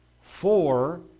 four